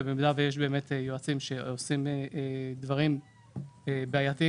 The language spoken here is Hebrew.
כאשר במידה ויש יועצים שעושים דברים בעייתיים